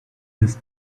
this